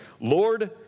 Lord